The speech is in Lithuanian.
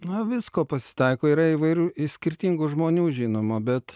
na visko pasitaiko yra įvairių skirtingų žmonių žinoma bet